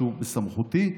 שהוא בסמכותי.